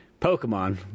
Pokemon